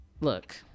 look